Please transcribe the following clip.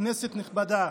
כנסת נכבדה,